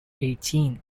eighteen